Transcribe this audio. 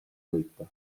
võita